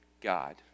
God